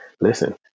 listen